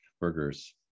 Burgers